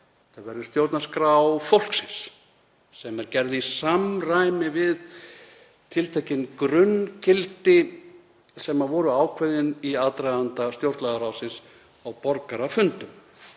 Þetta verður stjórnarskrá fólksins, gerð í samræmi við tiltekin grunngildi sem voru ákveðin í aðdraganda stjórnlagaráðsins á borgarafundum.